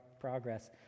progress